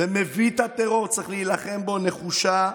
ומביא את הטרור, צריך להילחם בו בנחישות,